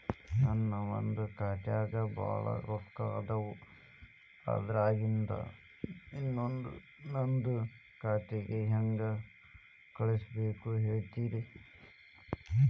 ನನ್ ಒಂದ್ ಖಾತ್ಯಾಗ್ ಭಾಳ್ ರೊಕ್ಕ ಅದಾವ, ಅದ್ರಾಗಿಂದ ಇನ್ನೊಂದ್ ನಂದೇ ಖಾತೆಗೆ ಹೆಂಗ್ ಕಳ್ಸ್ ಬೇಕು ಹೇಳ್ತೇರಿ?